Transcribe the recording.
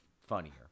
funnier